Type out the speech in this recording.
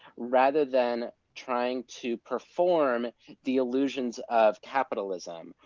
rather than trying to perform the illusions of capitalism,